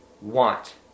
want